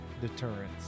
deterrence